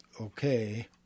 okay